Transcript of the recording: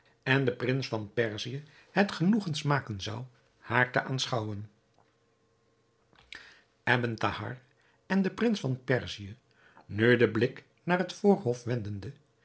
en de prins van perzië het genoegen smaken zou haar te aanschouwen ebn thahar en de prins van perzië nu den blik naar het voorhof wendende